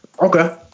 Okay